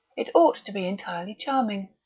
it ought to be entirely charming.